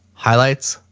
highlights,